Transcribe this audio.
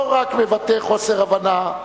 לא רק מבטא חוסר הבנה,